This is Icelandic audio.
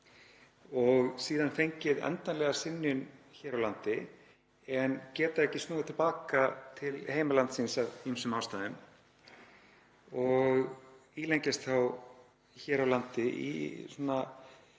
og síðan fengið endanlega synjun hér á landi en geta ekki snúið til baka til heimalands síns af ýmsum ástæðum og ílengjast þá hér á landi í mjög